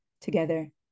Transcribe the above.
together